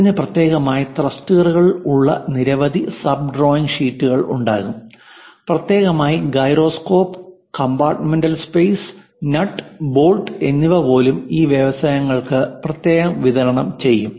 ഇതിന് പ്രത്യേകമായി ത്രസ്റ്ററുകളുള്ള നിരവധി സബ് ഡ്രോയിംഗ് ഷീറ്റുകൾ ഉണ്ടാകും പ്രത്യേകമായി gyroscope compartmental space nut bolt എന്നിവപോലും ഈ വ്യവസായങ്ങൾക്ക് പ്രത്യേകം വിതരണം ചെയ്യും